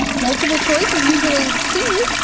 multiple choice is usually c.